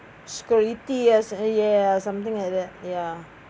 security yes and ya something like that ya